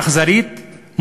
אכזרית,